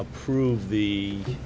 approve the